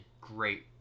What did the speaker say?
great